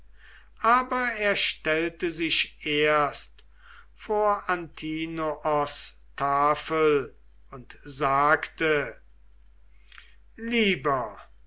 aber er stellte sich erst vor antinoos tafel und sagte lieber